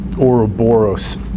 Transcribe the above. Ouroboros